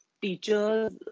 Teachers